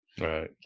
Right